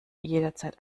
jederzeit